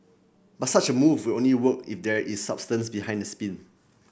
but such a move will only work if there is substance behind the spin